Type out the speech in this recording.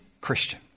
Christian